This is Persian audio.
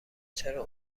چرا